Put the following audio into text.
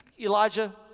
Elijah